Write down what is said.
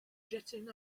jetting